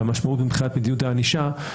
המשמעות מבחינת מדיניות הענישה.